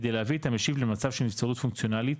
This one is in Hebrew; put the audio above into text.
כדי להביא את המשיב למצב של נבצרות פונקציונלית,